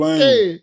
Okay